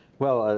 well,